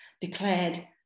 declared